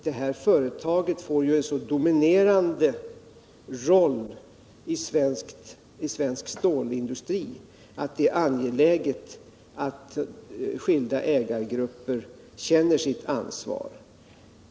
Det här företaget får ju en så dominerande roll i svensk stålindustri, att det är angeläget att skilda ägargrupper känner sitt ansvar.